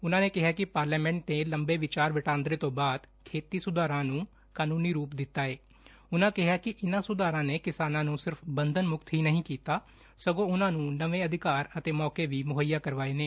ਉਨੁਾਂ ਨੇ ਕਿਹੈ ਕਿ ਪਾਰਲੀਮੈਂਟ ਨੇ ਲੰਬੇ ਵਿਚਾਰ ਵਟਾਦਰੇ ੱਤੋ ਬਾਅਦ ਖੇਤੀ ਸੁੱਧਾਰਾ ਨੂੰ ਕਾਨੂੰਨੂੰ ਰੂਪ ਦਿੱਤਾ ਏ ਉਨੂਾ ਕਿਹਾ ਕਿ ਇਨੂਾ ਸੁਧਾਰਾ ਨੇ ਕਿਸਾਨਾਂ ਨੂੰ ਸਿਰਫ਼ ਬੰਧਨ ਮੁਕਤ ਹੀ ਨਹੀ ਕੀਤਾ ਸਗੋ ਉਨ੍ਹਾ ਨੂੰ ਨਵੇ ਅਧਿਕਾਰ ਅਤੇ ਮੌਕੇ ਵੀ ਮੁੱਹਈਆ ਕਰਵਾਏ ਨੇ